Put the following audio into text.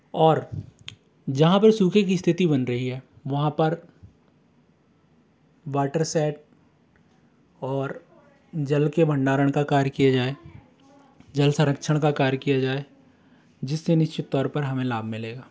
और जहाँ पर सूखे की स्थिति बन रही है वहाँ पर वाटर सैट और जल के भंडारण का कार्य किया जाए जल संरक्षण का कार्य किया जाए जिस से निश्चित तौर पर हमें लाभ मिलेगा